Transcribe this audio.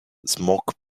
smoke